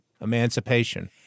emancipation